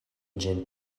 ĝin